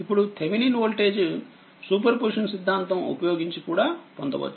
ఇప్పుడు Thevenin voltage superposition సిద్ధాంతం ఉపయోగించి కూడా పొందవచ్చు